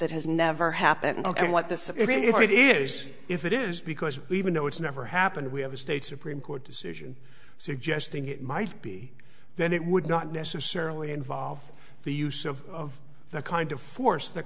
it has never happened and what this if it is if it is because even though it's never happened we have a state supreme court decision suggesting it might be then it would not necessarily involve the use of the kind of force t